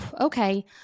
Okay